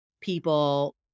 people